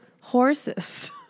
Horses